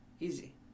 easy